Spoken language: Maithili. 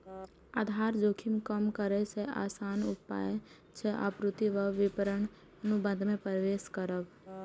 आधार जोखिम कम करै के आसान उपाय छै आपूर्ति आ विपणन अनुबंध मे प्रवेश करब